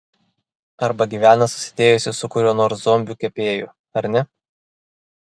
arba gyvena susidėjusi su kuriuo nors zombiu kepėju ar ne